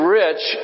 rich